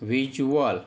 visual